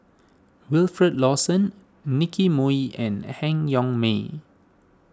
Wilfed Lawson Nicky Moey and Han Yong May